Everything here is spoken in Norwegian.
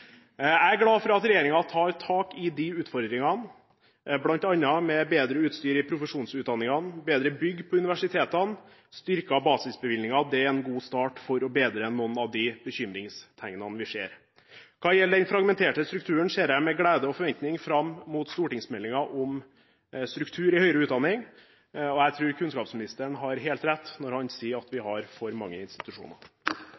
Jeg er glad for at regjeringen tar tak i de utfordringene bl.a. med bedre utstyr i profesjonsutdanningene, bedre bygg på universitetene og styrkede basisbevilgninger. Det er en god start for å bedre forholdene med hensyn til noen av de bekymringstegnene vi ser. Hva gjelder den fragmenterte strukturen, ser jeg med glede og forventning fram mot stortingsmeldingen om struktur i høyere utdanning, og jeg tror kunnskapsministeren har helt rett når han sier at vi